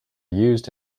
used